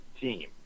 team